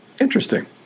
interesting